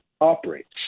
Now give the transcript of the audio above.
operates